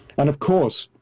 and of course,